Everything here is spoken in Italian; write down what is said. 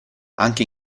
anche